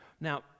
Now